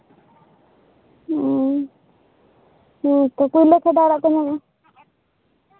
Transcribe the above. ᱚ ᱦᱮᱸ ᱛᱚ ᱠᱩᱭᱞᱟᱹᱠᱷᱟᱰᱟ ᱟᱲᱟᱜ ᱠᱚ ᱧᱟᱢᱚᱜᱼᱟ